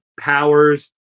Powers